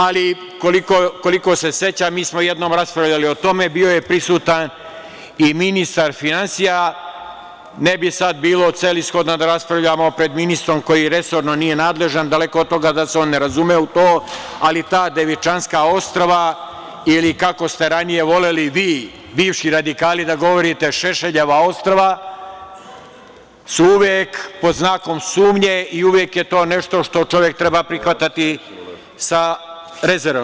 Ali, koliko se sećam, mi smo jednom raspravljali o tome, bio je prisutan i ministar finansija, ne bi sad bilo celishodno da raspravljamo pred ministrom koji resorno nije nadležan, daleko od toga da se on ne razume u to, ali ta Devičanska ostrva ili kako ste ranije voleli vi, bivši radikali da govorite, Šešeljeva ostrva, su uvek pod znakom sumnje i uvek je to nešto što čovek treba da prihvati sa rezervom.